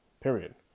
period